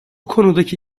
konudaki